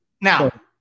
Now